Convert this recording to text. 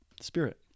spirit